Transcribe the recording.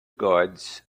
goods